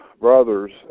brothers